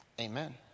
Amen